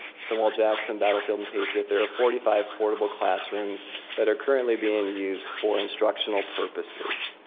stonewall jackson battlefield and patriot, there are forty five portable classrooms that are currently being used for instructional purposes.